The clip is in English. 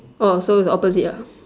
oh so is opposite ah